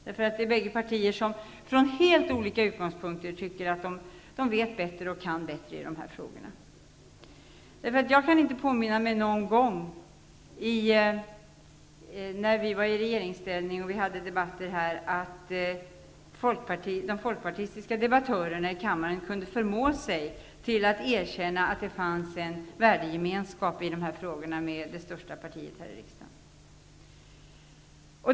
Dessa bägge partier tycker, från helt olika utgångspunkter, att de vet bättre och kan bättre. Jag kan inte erinra mig någon gång när vi var i regeringsställning och hade debatter här att de folkpartistiska debattörerna kunde förmå sig till att erkänna att det fanns en värdegemenskap i dessa frågor med det största partiet i riksdagen.